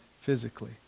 physically